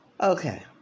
Okay